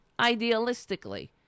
idealistically